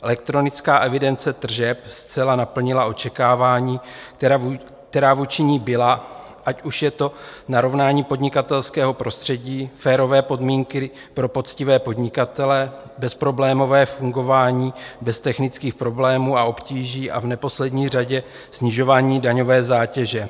Elektronická evidence tržeb zcela naplnila očekávání, která vůči ní byla, ať už je to narovnání podnikatelského prostředí, férové podmínky pro poctivé podnikatele, bezproblémové fungování bez technických problémů a obtíží a v neposlední řadě snižování daňové zátěže.